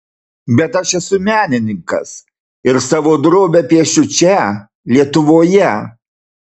bet aš esu menininkas ir savo drobę piešiu čia lietuvoje